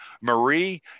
Marie